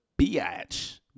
bitch